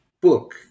book